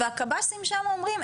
והקבסי"ם שם אומרים,